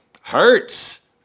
hurts